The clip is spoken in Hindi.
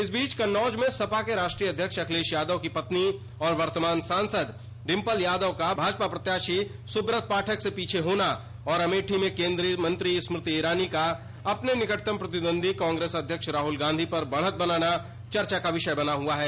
इस बीच कन्नौज में सपा के राष्ट्रीय अध्यक्ष अखिलेश यादव की धर्मपत्नी और निवर्तमान सांसद डिम्पल यादव का भाजपा प्रत्याशी सुब्रत पाठक से पीछे होना और अमेठी में केन्द्रीय स्मृति ईरानी का अपने निकटतम प्रतिद्वंदी कांग्रेस अध्यक्ष राहुल गांधी पर बढ़त बनाना लोगों में चर्चा का विषय बना हुआ है